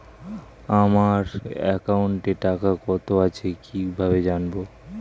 আমার একাউন্টে টাকা কত আছে কি ভাবে জানবো?